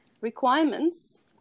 requirements